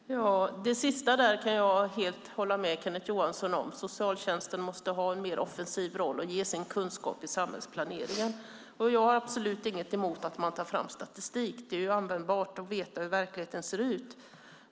Herr talman! Det sistnämnda kan jag helt hålla med Kenneth Johansson om. Socialtjänsten måste ha en offensivare roll och ge sin kunskap i samhällsplaneringen. Jag har absolut inget emot att man tar fram statistik. Det är användbart att veta hur verkligheten ser ut.